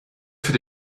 für